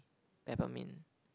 peppermint